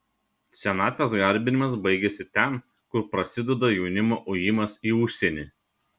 senatvės garbinimas baigiasi ten kur prasideda jaunimo ujimas į užsienį